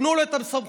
תנו לו את הסמכויות,